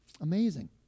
amazing